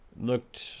looked